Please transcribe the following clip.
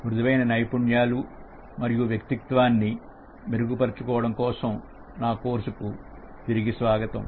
మృదువైన నైపుణ్యాలు మరియు వ్యక్తిత్వాని మెరుగుపరచడం కోసం నా కోర్సు కు తిరిగి స్వాగతం